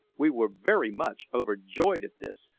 we were very much overjoyed at this,